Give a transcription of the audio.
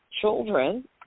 children